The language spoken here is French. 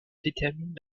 détermine